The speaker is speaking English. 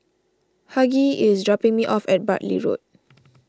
Hughie is dropping me off at Bartley Road